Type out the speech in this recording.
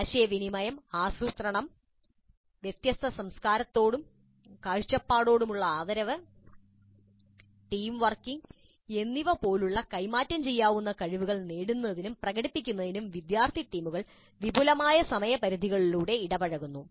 ആശയവിനിമയം ആസൂത്രണം വ്യത്യസ്ത സംസ്കാരങ്ങളോടും കാഴ്ചപ്പാടുകളോടുമുള്ള ആദരവ് ടീം വർക്കിംഗ് എന്നിവ പോലുള്ള കൈമാറ്റം ചെയ്യാവുന്ന കഴിവുകൾ നേടുന്നതിനും പ്രകടിപ്പിക്കുന്നതിനും വിദ്യാർത്ഥി ടീമുകൾ വിപുലമായ സമയപരിധികളിലൂടെ ഇടപഴകുന്നു